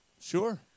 Sure